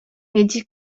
mieć